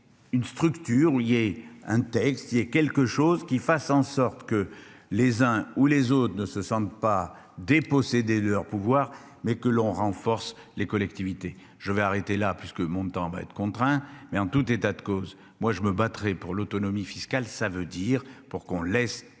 Une structure liée un texte qui est quelque chose qui fasse en sorte que les uns ou les autres ne se sentent pas dépossédés de leurs pouvoirs mais que l'on renforce les collectivités je vais arrêter là puisque montant va être contraint mais en tout état de cause moi je me battrai pour l'autonomie fiscale. Ça veut dire pour qu'on laisse